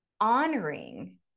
honoring